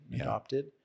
adopted